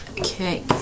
Okay